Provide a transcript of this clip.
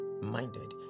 minded